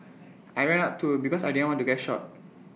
I ran out too because I didn't want to get shot